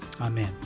Amen